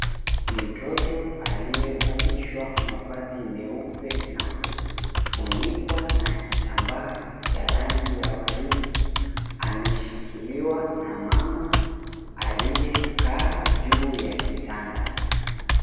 Mtoto aliyevalishwa mavazi meupe na kufunikwa na kitamba cha rangi ya waridi. Ameshikiliwa na mama aliyekaa juu ya kitanda.